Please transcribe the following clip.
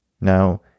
Now